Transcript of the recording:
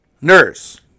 nurse